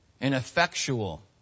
ineffectual